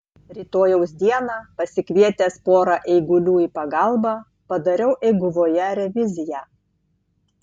rytojaus dieną pasikvietęs pora eigulių į pagalbą padariau eiguvoje reviziją